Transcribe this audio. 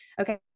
okay